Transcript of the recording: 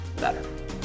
better